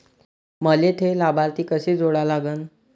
मले थे लाभार्थी कसे जोडा लागन?